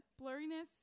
blurriness